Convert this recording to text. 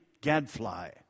gadfly